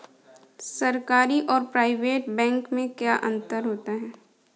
सरकारी और private bank में क्या अंतर है?